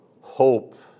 hope